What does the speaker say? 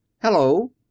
Hello